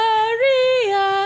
Maria